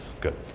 Good